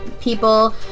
people